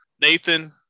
Nathan